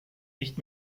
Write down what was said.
nicht